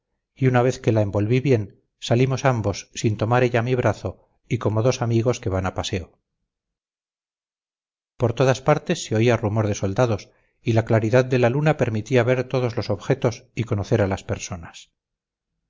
y una vez que la envolví bien salimos ambos sin tomar ella mi brazo y como dos amigos que van a paseo por todas partes se oía rumor de soldados y la claridad de la luna permitía ver todos los objetos y conocer a las personas